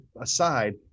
aside